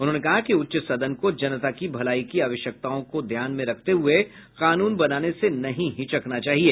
उन्होंने कहा कि उच्च सदन को जनता की भलाई की आवश्यकताओं को ध्यान में रखते हुए कानून बनाने से नहीं हिचकना चाहिए